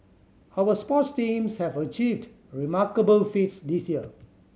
our sports teams have achieved remarkable feats this year